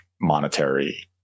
monetary